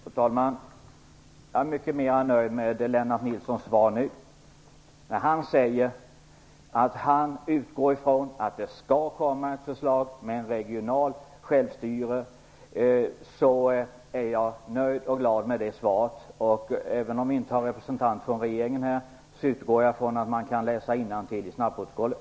Fru talman! Jag är mycket mera nöjd med Lennart Nilssons svar nu. Han säger att han utgår ifrån att det skall komma ett förslag om regionalt självstyre. Då är jag nöjd och glad med det svaret. Även om vi inte har någon representant från regeringen här utgår jag ifrån att man kan läsa innantill i snabbprotokollet.